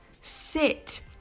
sit